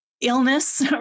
illness